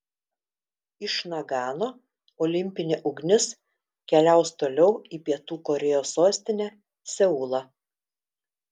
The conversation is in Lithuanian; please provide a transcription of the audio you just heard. iš nagano olimpinė ugnis keliaus toliau į pietų korėjos sostinę seulą